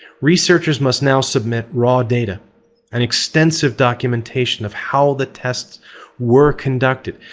researchers must now submit raw data and extensive documentation of how the tests were conducted,